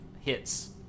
hits